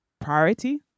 priority